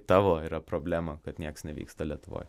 tavo yra problema kad nieks nevyksta lietuvoj